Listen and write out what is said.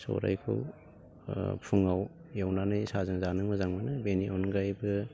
सौरायखौ ओ फुङाव एवनानै साहाजों जानो मोजां मोनो बेनि अनगायैबो